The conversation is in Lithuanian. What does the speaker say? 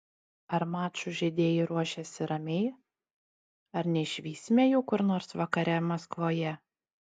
ar mačui žaidėjai ruošiasi ramiai ar neišvysime jų kur nors vakare maskvoje